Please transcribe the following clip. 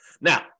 now